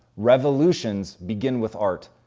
revolutions begin with art.